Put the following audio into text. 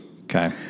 Okay